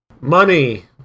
money